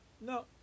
No